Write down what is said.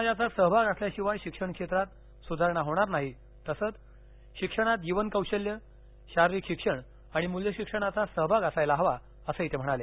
समाजाचा सहभाग असल्याशिवाय शिक्षण क्षेत्रात सुधारणा होणार नाही तसेच शिक्षणात जीवनकोशल्य शारीरिक शिक्षण आणि मृल्यशिक्षणाचा सहभाग असायला हवा असही ते म्हणाले